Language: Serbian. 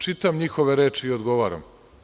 Čitav njihove reči i odgovaram.